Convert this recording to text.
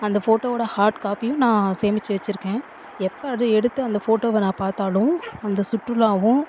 அந்த ஃபோட்டோவோடய ஹாட் காப்பியும் நான் சேமிச்சு வச்சுருக்கேன் எப்போ அது எடுத்து அந்த ஃபோட்டோவை நான் பார்த்தாலும் அந்த சுற்றுலாவும்